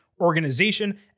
Organization